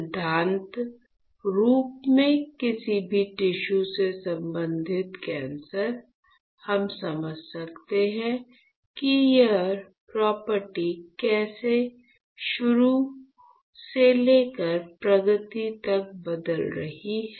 सिद्धांत रूप में किसी भी टिश्यू से संबंधित कैंसर हम समझ सकते हैं कि यह प्रॉपर्टी कैसे शुरू से लेकर प्रगति तक बदल रही है